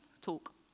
talk